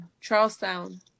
charlestown